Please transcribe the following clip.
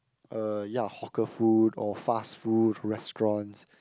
uh ya hawker food or fast food restaurants